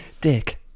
Dick